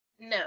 No